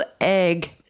Egg